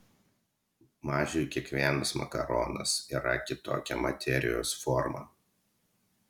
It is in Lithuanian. mažiui kiekvienas makaronas yra kitokia materijos forma